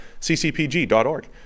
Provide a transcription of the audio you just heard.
ccpg.org